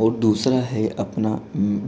और दूसरा है अपना